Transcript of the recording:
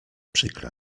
przykra